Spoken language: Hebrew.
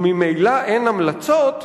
וממילא אין המלצות,